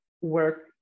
work